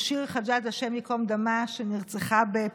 אתם ממשלה שמפלה בין דם לדם, בין